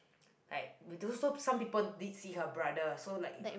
like with so some people did see her brother so like